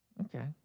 Okay